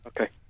Okay